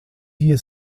dia